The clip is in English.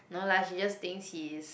no lah she just thinks he's